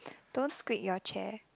don't squeak your chair